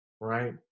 right